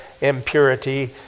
impurity